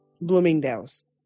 Bloomingdale's